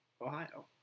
Ohio